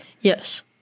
Yes